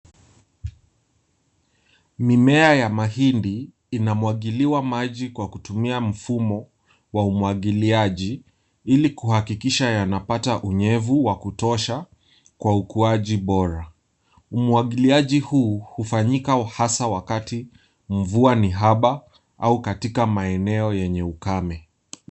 Mimea ya mahindi inamwagiliwa maji kwa kutumia mfumo wa umwagiliaji ili kuhakikisha yanapata unyevu wa kutosha kwa ukuaji bora. Umwagiliaji huu hufanyika hasa wakati mvua ni haba au katika maeneo yenye ukame.